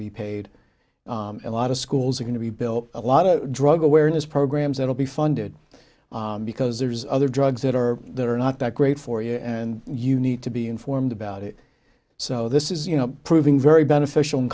to be paid a lot of schools are going to be built a lot of drug awareness programs that will be funded because there's other drugs that are that are not that great for you and you need to be informed about it so this is you know proving very beneficial in